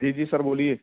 جی جی سر بولیے